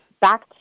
back